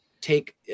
take